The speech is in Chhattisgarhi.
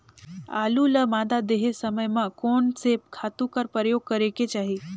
आलू ल मादा देहे समय म कोन से खातु कर प्रयोग करेके चाही?